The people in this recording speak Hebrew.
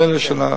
נדמה לי השנה,